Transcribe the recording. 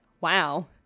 wow